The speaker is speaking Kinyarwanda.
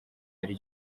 ari